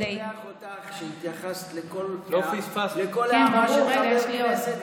אשמח אותך: התייחסת לכל פיפס של חבר כנסת,